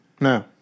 No